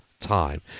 time